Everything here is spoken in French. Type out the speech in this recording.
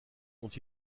ont